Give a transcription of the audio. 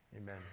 Amen